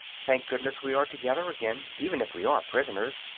thank goodness we are together again, even if we are prisoners,